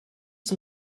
zum